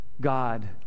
God